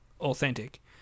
authentic